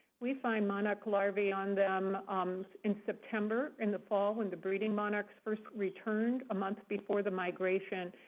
we find monarch larvae on them in september, in the fall, when the breeding monarchs first returned, a month before the migration,